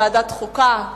ועדת חוקה?